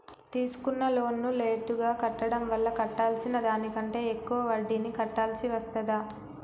తీసుకున్న లోనును లేటుగా కట్టడం వల్ల కట్టాల్సిన దానికంటే ఎక్కువ వడ్డీని కట్టాల్సి వస్తదా?